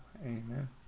Amen